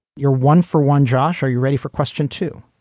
you're one for one, josh. are you ready for question two?